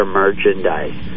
merchandise